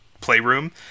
playroom